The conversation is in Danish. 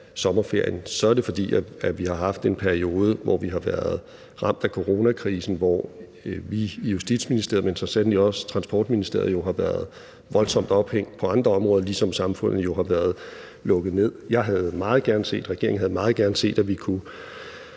er det, fordi vi har haft en periode, hvor vi har været ramt af coronakrisen, og hvor vi i Justitsministeriet, men så sandelig også Transportministeriet, jo har været voldsomt ophængt på andre områder, ligesom samfundet jo har været lukket ned. Jeg havde meget gerne set, regeringen